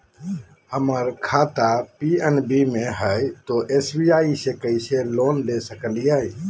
हमर खाता पी.एन.बी मे हय, तो एस.बी.आई से लोन ले सकलिए?